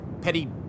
petty